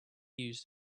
used